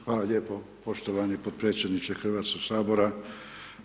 Hvala lijepo poštovani potpredsjedniče HS-a.